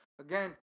again